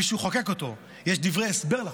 מישהו חוקק אותו, יש דברי הסבר לחוק.